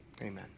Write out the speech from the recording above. Amen